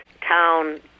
town